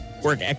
Work